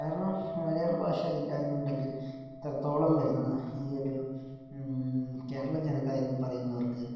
കാരണം മലയാള ഭാഷ ഇല്ല എന്നുണ്ടെങ്കിൽ ഇത്രത്തോളം വരുന്ന ഈ ഒരു കേരള ജനത എന്നു പറയുന്നവർക്ക്